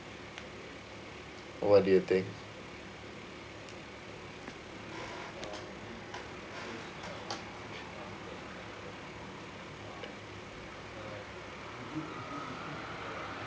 what do you think